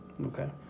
Okay